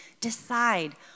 decide